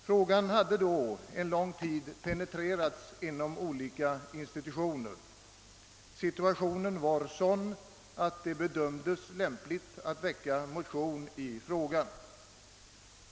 Frågan hade då en lång tid penetrerats inom olika institutioner. Situationen var sådan att det bedömdes lämpligt att väcka motion i frågan.